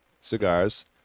cigars